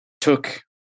took